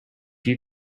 you